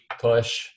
push